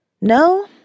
No